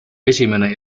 esimene